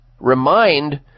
remind